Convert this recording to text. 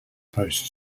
post